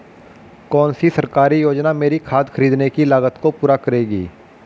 कौन सी सरकारी योजना मेरी खाद खरीदने की लागत को पूरा करेगी?